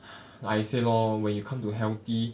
like I said lor when you come to healthy